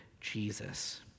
Jesus